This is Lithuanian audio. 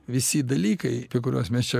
visi dalykai apie kuriuos mes čia